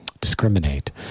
discriminate